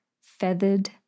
feathered